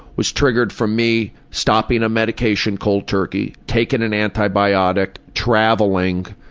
was triggered from me stopping a medication cold turkey, taking an antibiotic, traveling,